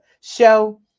show